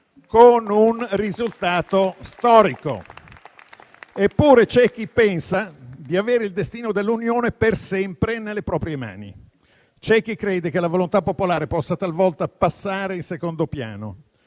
con un risultato storico. Eppure, c'è chi pensa di avere il destino dell'Unione per sempre nelle proprie mani. C'è chi crede che la volontà popolare possa talvolta passare in secondo piano.